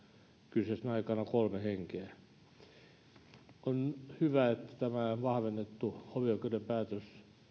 kyseisenä aikana kolme henkeä on hyvä että tämä vahvennettu hovioikeuden päätös